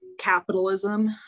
Capitalism